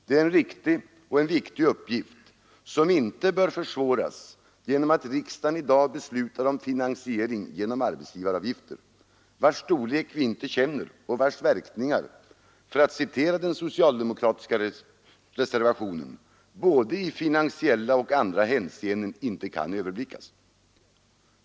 Det är en riktig — och en viktig — uppgift, som inte bör försvåras genom att riksdagen i dag beslutar om finansiering genom arbetsgivaravgifter vilkas storlek vi inte känner och vilkas verkningar, för att citera den socialdemokratiska reservationen, ”både finansiella och andra hänseenden inte kan överblickas”.